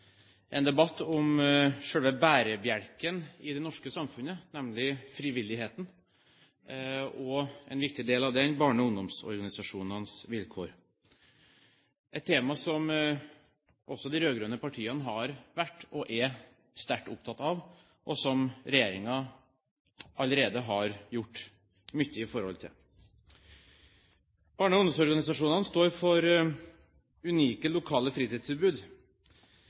om selve bærebjelken i det norske samfunnet, nemlig frivilligheten, og en viktig del av den – barne- og ungdomsorganisasjonenes vilkår. Dette er et tema som også de rød-grønne partiene har vært og er sterkt opptatt av, og som regjeringen allerede har gjort mye i forhold til. Barne- og ungdomsorganisasjonene står for unike, lokale fritidstilbud.